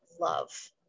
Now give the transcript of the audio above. love